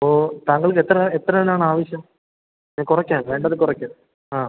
അപ്പോൾ താങ്കൾക്ക് എത്ര എത്രയാണാണാവശ്യം കുറയ്ക്കാൻ വേണ്ടത് കുറയ്ക്കാം ആ